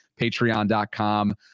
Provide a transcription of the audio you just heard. patreon.com